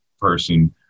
person